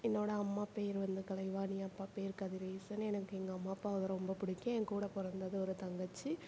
என்னோடய அம்மா பேர் வந்து கலைவாணி அப்பா பேர் கதிரேசன் எனக்கு எங்கள் அம்மா அப்பாவை ரொம்ப பிடிக்கும் என் கூட பிறந்தது ஒரு தங்கச்சி